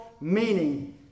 meaning